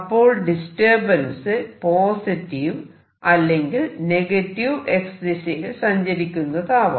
അപ്പോൾ disturbance positive അല്ലെങ്കിൽ negative X ദിശയിൽ സഞ്ചരിക്കുന്നതാവാം